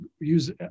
use